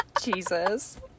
Jesus